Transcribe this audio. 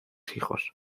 hijos